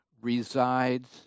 resides